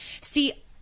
See